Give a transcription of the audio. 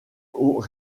aux